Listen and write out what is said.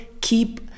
keep